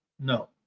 No